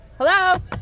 Hello